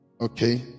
Okay